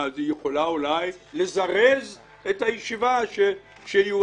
היא יכולה אולי לזרז את הישיבה שיועדה,